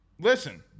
listen